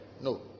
no